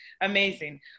amazing